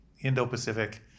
indo-pacific